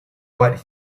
what